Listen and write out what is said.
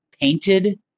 painted